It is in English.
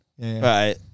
Right